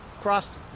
cross